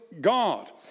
God